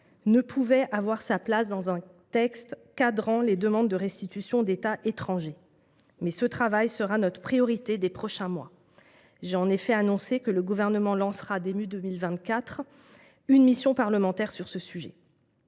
ne pouvait pas avoir sa place dans un texte visant à cadrer les demandes de restitution d’États étrangers. Mais ce travail sera notre priorité des prochains mois. J’ai en effet annoncé que le Gouvernement lancera début 2024 une mission parlementaire sur le sujet.